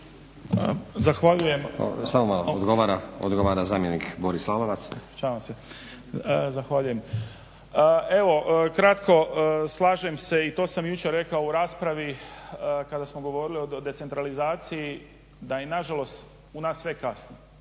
(SDP)** Samo malo. Odgovara zamjenik Boris Lalovac. **Lalovac, Boris** Ispričavam se. Zahvaljujem. Evo kratko. Slažem se i to sam jučer rekao u raspravi kada smo govorili o decentralizaciji da je na žalost u nas sve kasno,